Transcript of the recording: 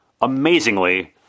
amazingly